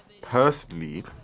Personally